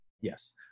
yes